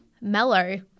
mellow